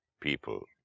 people